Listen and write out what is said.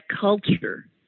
culture